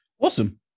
Awesome